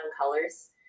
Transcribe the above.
colors